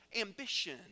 ambition